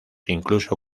incluso